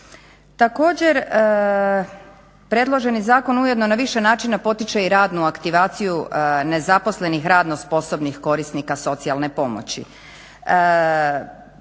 Također predloženi zakon ujedno na više načina potiče i radnu aktivaciju nezaposlenih, radno sposobnih korisnika socijalne pomoći.